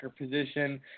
position